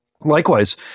Likewise